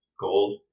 gold